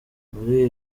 muri